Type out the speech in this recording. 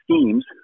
schemes